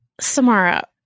Samara